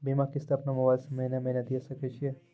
बीमा किस्त अपनो मोबाइल से महीने महीने दिए सकय छियै?